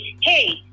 hey